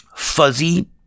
fuzzy